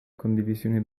condivisione